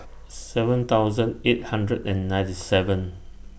seven thousand eight hundred and ninety seventh